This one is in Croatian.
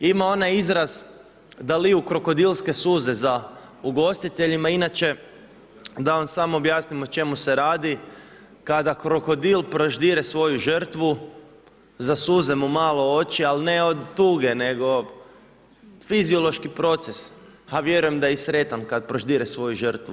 Ima onaj izraz da liju krokodilske suze za ugostiteljima, inače da vam samo objasnim o čemu se radi kada krokodil proždire svoju žrtvu zasuze mu malo oči ali ne od tuge, nego fiziološki proces, a i vjerujem da je sretan kada proždire svoju žrtvu.